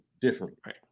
differently